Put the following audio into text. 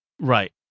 Right